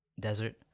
desert